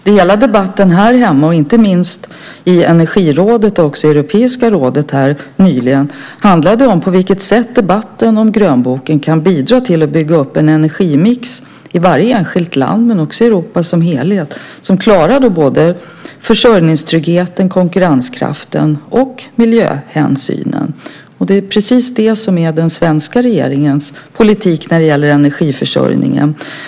Det som debatten här hemma, inte minst i Energirådet, och även i Europeiska rådet nyligen, handlar om är på vilket sätt debatten om grönboken kan bidra till att bygga upp en energimix i varje enskilt land men också i Europa som helhet som klarar försörjningstryggheten, konkurrenskraften och miljöhänsynen. Det är precis det som är den svenska regeringens politik när det gäller energiförsörjningen.